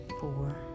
four